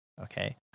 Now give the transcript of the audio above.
Okay